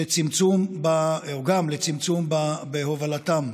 גם לצמצום בהובלתם.